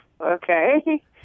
okay